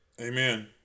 amen